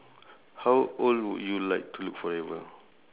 how old would you like to look forever